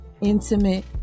intimate